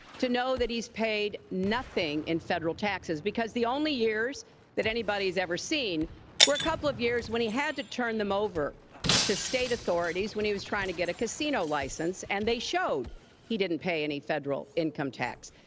to know that he's paid nothing in federal taxes because the only years that anybody has ever seen were a couple of years when he had to turn them over to state authorities when he was trying to get a casino license and they showed he didn't pay any federal income tax.